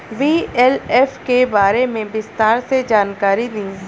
BLF के बारे में विस्तार से जानकारी दी?